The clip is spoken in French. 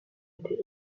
été